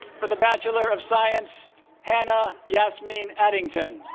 for the bachelor of science hannah yasmeen addington